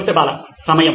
professor Bala సమయం